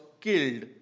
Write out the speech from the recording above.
killed